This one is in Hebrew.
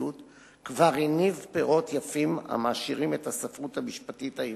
כבר הניב פירות יפים המעשירים את הספרות המשפטית העברית,